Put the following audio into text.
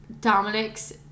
Dominic's